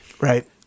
Right